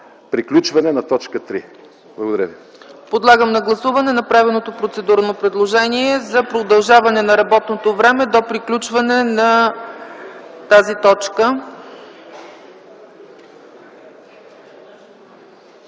приключване на т. 3. Благодаря ви.